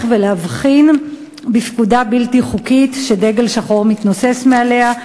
להבחין בפקודה בלתי חוקית שדגל שחור מתנוסס מעליה,